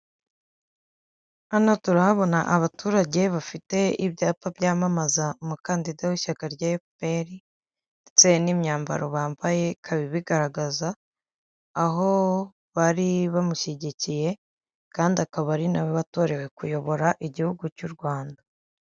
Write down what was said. Hano turahabona abaturage bafite ibyapa byamamaza umukandida w'ishyaka rya FPR ndetse n'imyambaro bambaye ikaba ibigaragaza aho bari bamushyigikiye kandi akaba ari nawe we watorewe kuyobora igihugu cy'u Rwanda.